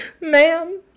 Ma'am